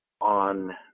on